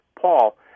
Paul